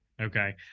Okay